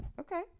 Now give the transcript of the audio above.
Okay